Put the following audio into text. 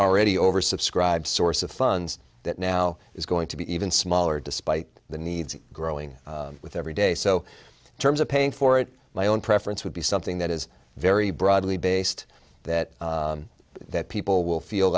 already oversubscribed source of funds that now is going to be even smaller despite the needs growing with every day so in terms of paying for it my own preference would be something that is very broadly based that that people will feel